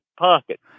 pocket